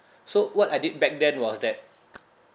so what I did back then was that